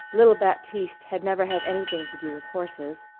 little baptiste had never had anything to do with horses.